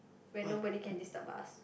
when nobody can disturb us